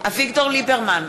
אביגדור ליברמן,